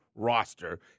roster